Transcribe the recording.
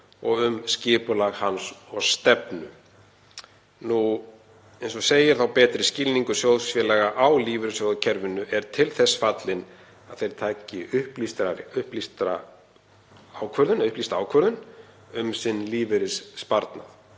og um skipulag hans og stefnu. Eins og segir: „Betri skilningur sjóðfélaga á lífeyrissjóðakerfinu er til þess fallinn að þeir taki upplýstari ákvarðanir um lífeyrissparnað